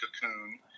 cocoon